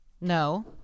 No